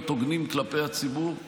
להיות הוגנים כלפי הציבור,